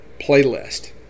playlist